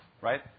right